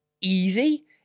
easy